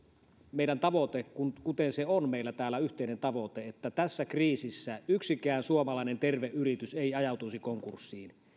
meidän tavoite on kuten se on meillä täällä yhteinen tavoite että tässä kriisissä yksikään suomalainen terve yritys ei ajautuisi konkurssiin